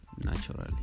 naturally